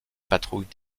patrouilles